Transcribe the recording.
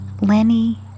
Lenny